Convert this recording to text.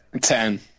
Ten